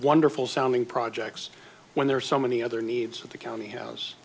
wonderful sounding projects when there are so many other needs at the county house